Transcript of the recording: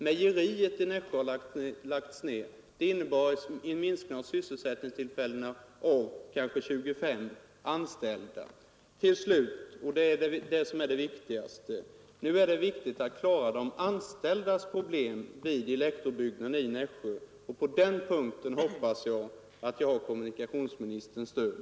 Mejeriet i Nässjö har lagts ner. Det innebar en minskning med kanske 25 sysselsättningstillfällen. Nu är det viktigt att klara problemen för dem som är anställda vid elektrobyggnadsavdelningen i Nässjö, och på den punkten hoppas jag att jag har kommunikationsministerns stöd.